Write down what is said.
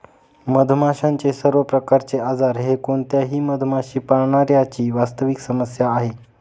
मधमाशांचे सर्व प्रकारचे आजार हे कोणत्याही मधमाशी पाळणाऱ्या ची वास्तविक समस्या आहे